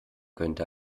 könnte